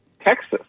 Texas